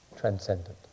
transcendent